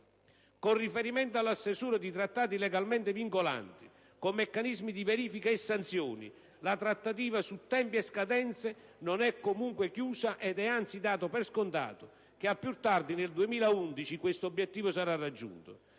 Con riferimento alla stesura di trattati legalmente vincolanti con meccanismi di verifica e sanzioni la trattativa su tempi e scadenze non è comunque chiusa ed è anzi dato per scontato che, al più tardi nel 2011, questo obiettivo sarà raggiunto.